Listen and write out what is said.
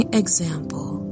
example